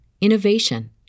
innovation